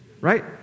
Right